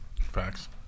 Facts